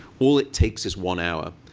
all it takes is one hour.